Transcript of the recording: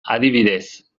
adibidez